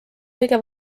kõige